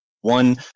one